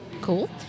Cool